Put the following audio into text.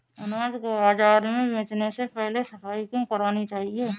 अनाज को बाजार में बेचने से पहले सफाई क्यो करानी चाहिए?